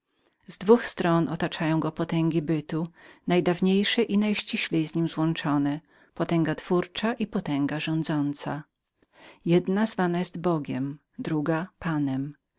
z dwóch stron kończą go potęgi wielkiej istności najdawniejsze i najściślej z nim złączone mianowicie potęga twórcza i potęga rządząca jedna nazywa się bogiem druga panem